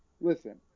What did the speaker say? listen